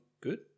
good